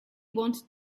wanted